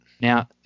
Now